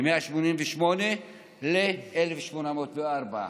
מ-188 לי 1,804,